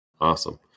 Awesome